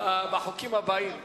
בחוקים הבאים.